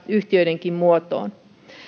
yhtiöiden muotoon